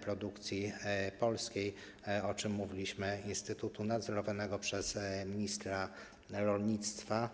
produkcji polskiej, o czym mówiliśmy, instytutu nadzorowanego przez ministra rolnictwa.